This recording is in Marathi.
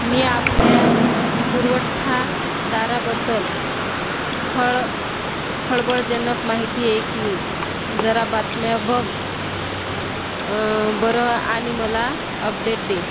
मी आपल्या पुरवठादाराबद्दल खळ खळबळजनक माहिती ऐकली जरा बातम्या बघ बरं आणि मला अपडेट दे